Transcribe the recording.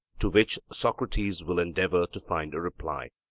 to which socrates will endeavour to find a reply.